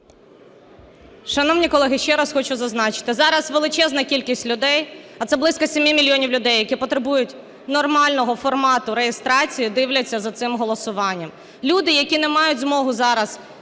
Шановні колеги, ще раз хочу зазначити, зараз величезна кількість людей, а це близько 7 мільйонів людей, які потребують нормального формату реєстрації, дивляться за цим голосуванням. Люди, які не мають змоги зараз